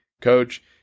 coach